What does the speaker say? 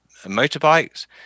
motorbikes